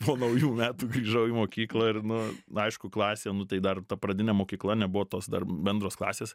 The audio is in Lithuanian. po naujų metų grįžau į mokyklą ir nu na aišku klasė nu tai dar ta pradinė mokykla nebuvo tos dar bendros klasės